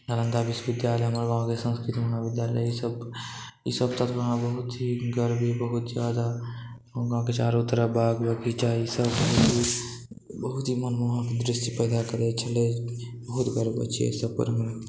नालन्दा विश्वविद्यालय हमर गाँवके संस्कृत महाविद्यालय ई सब ई सब तत्व हमरा बहुत ठीक गर्व यऽ बहुत ज्यादा ओ गाँवके चारो तरफ ई सब बहुत ही मनमोहक दृश्य पैदा करै छलै बहुत गर्व होइ छै अइ सब पर हमरा